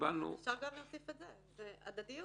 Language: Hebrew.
אפשר גם להוסיף את זה, זה הדדיות.